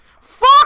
Fuck